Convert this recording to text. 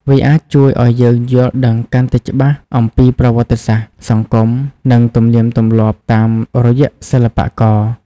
វាអាចជួយឲ្យយើងយល់ដឹងកាន់តែច្បាស់អំពីប្រវត្តិសាស្ត្រ សង្គម និងទំនៀមទម្លាប់តាមរយៈសិល្បករ។